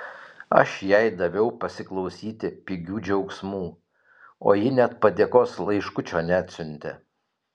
aš jai daviau pasiklausyti pigių džiaugsmų o ji net padėkos laiškučio neatsiuntė